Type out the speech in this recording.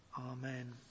amen